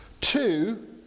Two